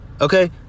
Okay